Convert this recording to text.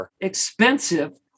expensive